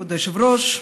כבוד היושב-ראש,